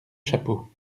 chapeaux